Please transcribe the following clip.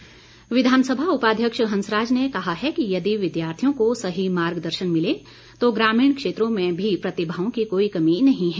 हुंसराज विधानसभा उपाध्यक्ष हंसराज ने कहा है कि यदि विद्यार्थियों को सही मार्गदर्शन मिले तो ग्रामीण क्षेत्रों में भी प्रतिभाओं की कोई कमी नही है